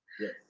Yes